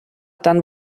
dann